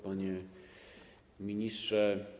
Panie Ministrze!